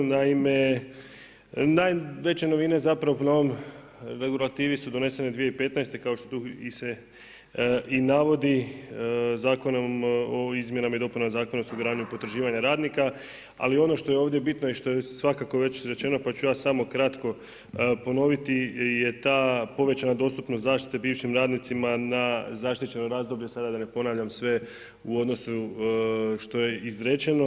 Naime, već je novina zapravo po novom regulativi su doneseni 2015. kao što ste se i navodi, Zakonom o izmjenama i dopunama Zakona o osiguranju potraživanja radnika, ali ono što je ovdje bitno i što je svakako već rečeno, pa ću ja samo kratko ponoviti je ta povećana dostupnost zaštite bivšim radnicima na zaštićeno razdoblje, sada da ne ponavljam sve, u odnosu što je izrečeno.